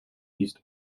east